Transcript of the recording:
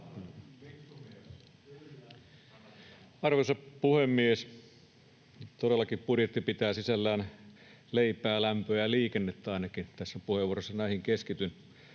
Arvoisa puhemies! Todellakin budjetti pitää sisällään leipää, lämpöä ja liikennettä — ainakin tässä puheenvuorossa näihin keskityn.